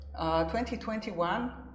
2021